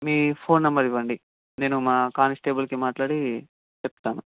మీ phone number ఇవ్వండి నేను మా కాన్స్టేబుల్కి మాట్లాడి చెప్తాను